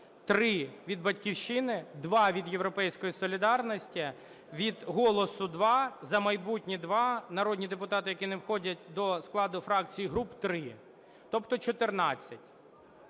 3 – від "Батьківщини", 2 – від "Європейської солідарності", від "Голосу" – 2, "За майбутнє" – 2, народні депутати, які не входять до складу фракцій і груп – 3. Тобто 14.